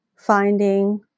Finding